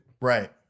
Right